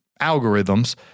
algorithms